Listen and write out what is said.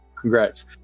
congrats